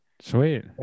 sweet